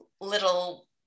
little